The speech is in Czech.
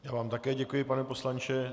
Já vám také děkuji, pane poslanče.